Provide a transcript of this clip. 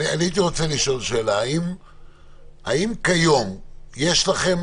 האם כיום יש לכם